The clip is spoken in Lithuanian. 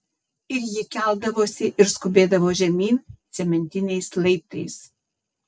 ir ji keldavosi ir skubėdavo žemyn cementiniais laiptais